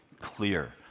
clear